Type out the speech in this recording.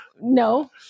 No